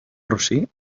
rossí